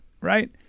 Right